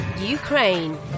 Ukraine